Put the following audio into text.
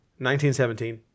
1917